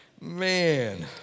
Man